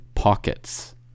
Pockets